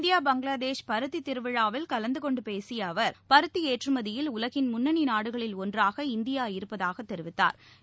India Bangladesh பருத்தி திருவிழாவில் கலந்து கொண்டு பேசிய அவர் பருத்தி ஏற்றுமதியில் உலகின் முன்னணி நாடுகளில் ஒன்றாக இந்தியா இருப்பதாக தெரிவித்தாா்